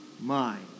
mind